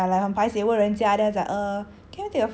ya ya like 很 paiseh 问人家 then I was like err